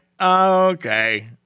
Okay